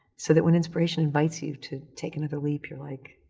so that when inspiration invites you to take another leap you're like,